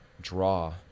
draw